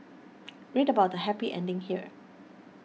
read about the happy ending here